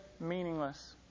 meaningless